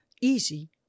easy